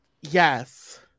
yes